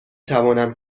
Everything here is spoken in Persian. توانم